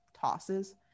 tosses